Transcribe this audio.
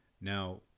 now